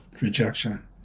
rejection